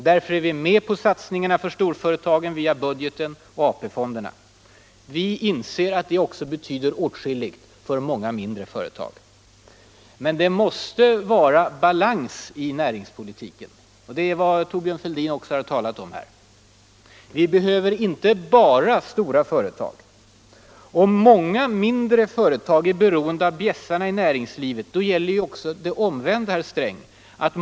Därför är vi med på satsningarna på storföretagen via budgeten och AP-fonderna, och vi anser att de betyder åtskilligt också för många mindre företag. Men det måste vara balans i näringspolitiken, och det är vad Thorbjörn Fälldin också har talat om här. Vi behöver inte bara stora företag. Om många mindre företag är beroende av bjässarna i näringslivet, då gäller också det omvända.